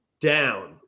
down